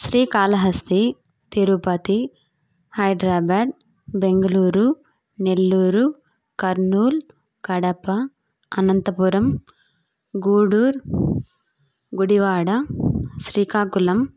Srikalahasti Tirupati Hyderabad Bengaluru Nellore Kurnool Kadapa Anantapur Gudur Gudivada Srikakulam